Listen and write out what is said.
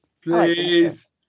Please